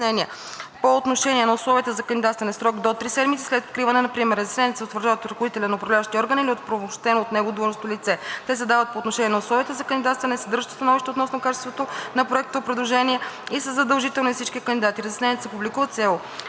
по отношение на условията за кандидатстване в срок до три седмици след откриване на приема. Разясненията се утвърждават от ръководителя на Управляващия орган или от оправомощено от него длъжностно лице. Те се дават по отношение на условията за кандидатстване, не съдържат становище относно качеството на проектното предложение и са задължителни за всички кандидати. Разясненията се публикуват